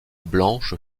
blanche